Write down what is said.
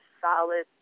solid